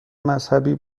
مذهبی